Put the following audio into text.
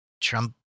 Trump